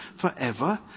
forever